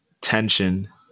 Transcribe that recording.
tension